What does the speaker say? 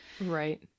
Right